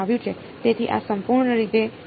તેથી આ સંપૂર્ણ રીતે જાણીતું છે કે તેની સાથે શું છે